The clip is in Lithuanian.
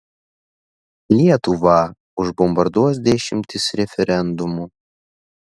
lietuvą užbombarduos dešimtys referendumų